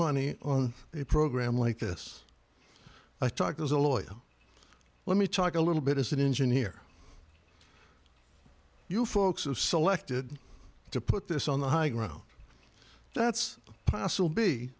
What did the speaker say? money on a program like this i talked as a lawyer let me talk a little bit as an engineer you folks have selected to put this on the high ground that's possible be